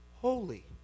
holy